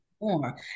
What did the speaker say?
more